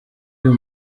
uyu